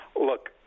look